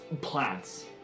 plants